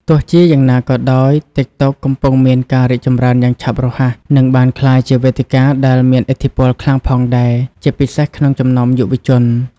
ទោះជាយ៉ាងណាក៏ដោយ ទីកតុ កំពុងមានការរីកចម្រើនយ៉ាងឆាប់រហ័ស និងបានក្លាយជាវេទិកាដែលមានឥទ្ធិពលខ្លាំងផងដែរ ជាពិសេសក្នុងចំណោមយុវជន។